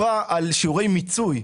הוועדה דיברה על שיעורי מיצוי,